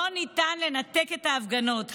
לא ניתן לנתק את ההפגנות,